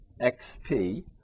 xp